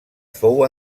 fou